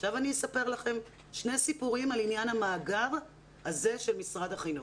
עכשיו אני אספר לכם שני סיפורים על עניין המאגר הזה של משרד החינוך.